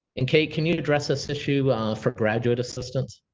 and kate, can you address this issue for graduate assistants